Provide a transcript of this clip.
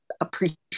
appreciate